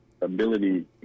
ability